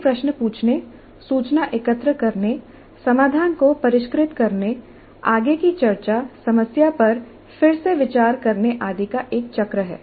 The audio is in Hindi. यह प्रश्न पूछने सूचना एकत्र करने समाधान को परिष्कृत करने आगे की चर्चा समस्या पर फिर से विचार करने आदि का एक चक्र है